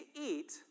eat